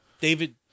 David